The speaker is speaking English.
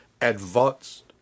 advanced